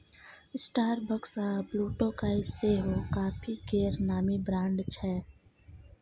Starbucks आ Blue Tokai सेहो coffee केर नामी ब्रांड छै